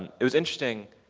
it was interesting.